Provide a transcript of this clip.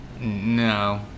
No